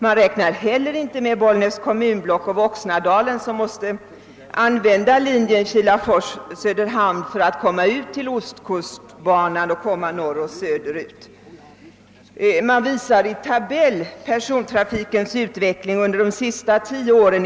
Man räknar heller inte befolkningen i Bollnäs kommunblock och Voxnadalen, som måste använda linjen Kilafors—Söderhamn för att komma ut till ostkustbanan och vidare norrut och söderut. Man visar i en tabell persontrafikens utveckling under den senaste tioårsperioden.